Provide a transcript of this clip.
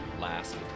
last